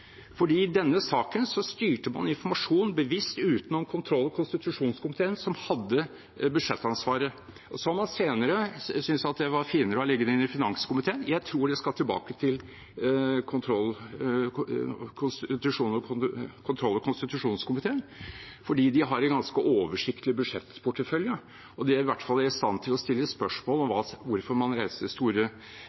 I denne saken styrte man informasjonen bevisst utenom kontroll- og konstitusjonskomiteen, som hadde budsjettansvaret, og senere syntes man det var finere å legge det inn under finanskomiteen. Jeg tror det skal tilbake til kontroll- og konstitusjonskomiteen, fordi de har en ganske oversiktlig budsjettportefølje, og de er i hvert fall i stand til å stille spørsmål ved hvorfor man reiste store heisekraner, og hvorfor det kjører bulldosere over Wessels plass et par års tid, nettopp fordi man ikke finner hjemmelen for det,